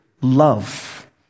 love